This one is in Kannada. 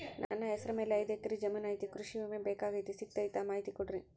ನನ್ನ ಹೆಸರ ಮ್ಯಾಲೆ ಐದು ಎಕರೆ ಜಮೇನು ಐತಿ ಕೃಷಿ ವಿಮೆ ಬೇಕಾಗೈತಿ ಸಿಗ್ತೈತಾ ಮಾಹಿತಿ ಕೊಡ್ರಿ?